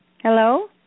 Hello